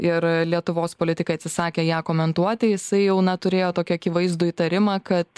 ir lietuvos politikai atsisakė ją komentuoti jisai jau na turėjo tokį akivaizdų įtarimą kad